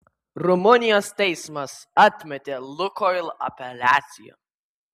rumunijos teismas atmetė lukoil apeliaciją